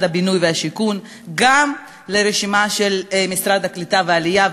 הבינוי והשיכון וגם לרשימה של משרד הקליטה והעלייה.